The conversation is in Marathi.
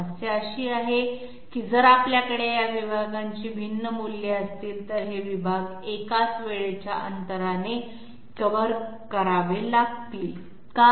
समस्या अशी आहे की जर आपल्याकडे या विभागांची भिन्न मूल्ये असतील तर हे विभाग एकाच वेळेच्या अंतराने कव्हर करावे लागतील का